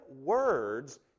words